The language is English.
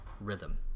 rhythm